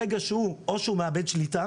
ברגע שהוא מאבד שליטה